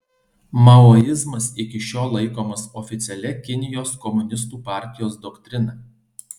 maoizmas iki šiol laikomas oficialia kinijos komunistų partijos doktrina